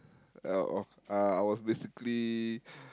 uh I uh I was basically